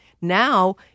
now